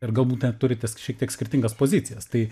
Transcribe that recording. ir galbūt net turite sk šiek tiek skirtingas pozicijas tai